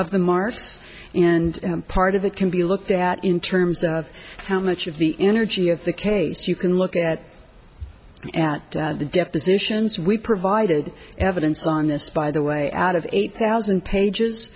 the marks and part of that can be looked at in terms of how much of the energy of the case you can look at at the depositions we provided evidence on this by the way out of eight thousand pages